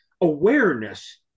awareness